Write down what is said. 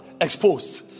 exposed